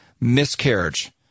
miscarriage